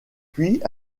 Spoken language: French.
puis